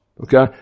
Okay